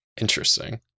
Interesting